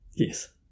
Yes